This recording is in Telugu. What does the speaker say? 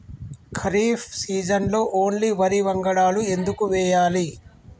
ఖరీఫ్ సీజన్లో ఓన్లీ వరి వంగడాలు ఎందుకు వేయాలి?